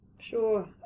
Sure